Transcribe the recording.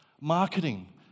marketing